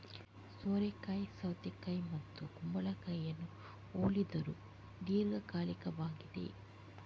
ಸೋರೆಕಾಯಿ ಸೌತೆಕಾಯಿ ಮತ್ತು ಕುಂಬಳಕಾಯಿಯನ್ನು ಹೋಲಿದರೂ ದೀರ್ಘಕಾಲಿಕವಾಗಿದೆ